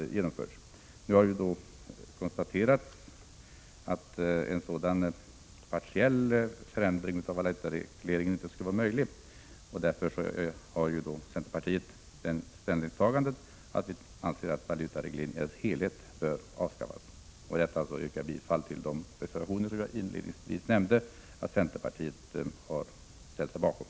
Nu har det konstaterats att en sådan partiell förändring av valutaregleringen inte skulle vara möjlig. Därför anser centerpartiet att valutaregleringen i sin helhet bör avskaffas. Med detta yrkar jag bifall till de reservationer som jag inledningsvis nämnde och som centern har ställt sig bakom.